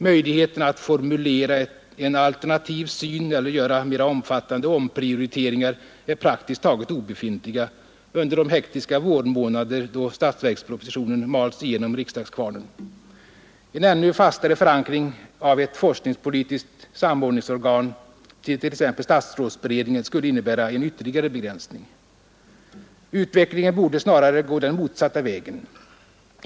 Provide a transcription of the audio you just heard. Möjligheterna att formulera en alternativ syn eller göra mer omfattande ompriorileringar är praktiskt taget obefintliga under de hektiska vårmänader då statsverkspropositionen mals genom riksdagskvarnen. En ännu fastare förankring av ett forskningspolitiskt samordningsorgan till t.ex. statsrådsberedningen skulle innebära en ytterligare begränsning. Utvecklingen borde snarare gå den motsatta vägen.